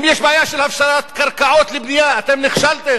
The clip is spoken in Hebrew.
אם יש בעיה של הפשרת קרקעות לבנייה, אתם נכשלתם.